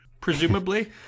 presumably